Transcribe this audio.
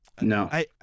No